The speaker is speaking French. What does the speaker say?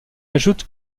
ajoute